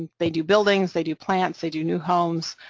and they do buildings, they do plants, they do new homes,